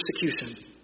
persecution